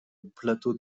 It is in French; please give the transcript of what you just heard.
plateau